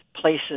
places